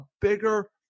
bigger